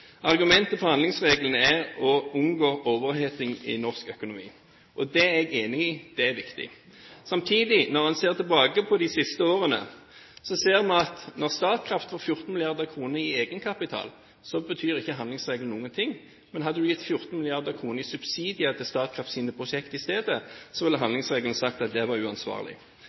Argumentet for handlingsregelen er å unngå overoppheting i norsk økonomi. Det er jeg enig i – det er viktig. Samtidig, når vi ser tilbake på de siste årene, ser vi at når Statkraft får 14 mrd. kr i egenkapital, betyr ikke handlingsregelen noen ting, men hadde vi gitt 14 mrd. kr i subsidier til Statkrafts prosjekter i stedet, ville handlingsregelen sagt at det var uansvarlig.